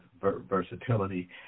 versatility